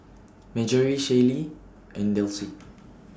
Marjory Shaylee and Delsie